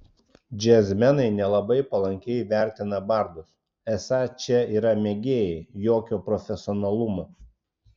džiazmenai nelabai palankiai vertina bardus esą čia yra mėgėjai jokio profesionalumo